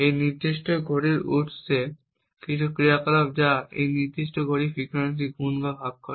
সেই নির্দিষ্ট ঘড়ির উৎসে কিছু ক্রিয়াকলাপ যা সেই নির্দিষ্ট ঘড়ির ফ্রিকোয়েন্সি গুণ বা ভাগ করে